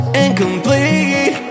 incomplete